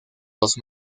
dos